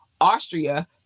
austria